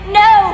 no